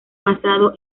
basado